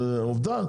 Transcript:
עובדה,